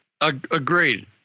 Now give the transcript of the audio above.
Agreed